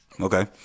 okay